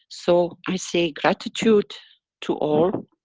so, i say gratitude to all